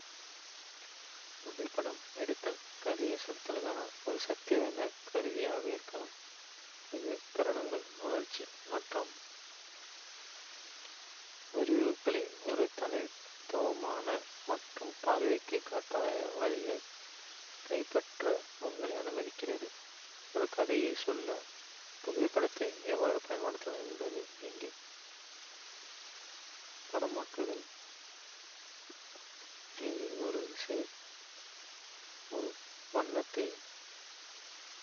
புகைப்படம் எடுத்தல் கதைசொல்லலுக்கான ஒரு சக்திவாய்ந்த கருவியாக இருக்கலாம், இது தருணங்கள், உணர்ச்சிகள் மற்றும் விவரிப்புகளை ஒரு தனித்துவமான மற்றும் பார்வைக்கு கட்டாய வழியில் கைப்பற்ற உங்களை அனுமதிக்கிறது. ஒரு கதையைச் சொல்ல புகைப்படத்தை எவ்வாறு பயன்படுத்தலாம் என்பது இங்கே.